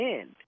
end